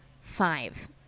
five